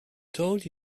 told